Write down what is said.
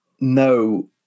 No